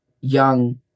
young